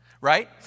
right